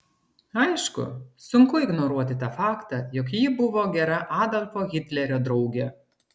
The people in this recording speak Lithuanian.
aišku sunku ignoruoti tą faktą jog ji buvo gera adolfo hitlerio draugė